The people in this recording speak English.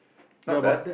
not bad